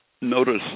Notice